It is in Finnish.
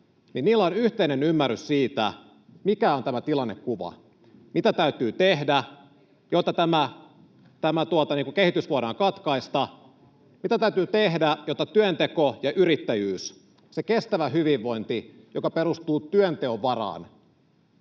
on yhteinen ymmärrys siitä, mikä on tämä tilannekuva, mitä täytyy tehdä, jotta tämä kehitys voidaan katkaista, mitä täytyy tehdä, jotta työnteko ja yrittäjyys, se kestävä hyvinvointi, joka perustuu työnteon varaan,